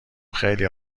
خیلی